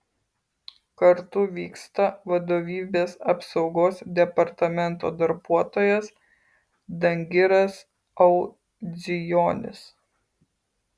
kartu vyksta vadovybės apsaugos departamento darbuotojas dangiras audzijonis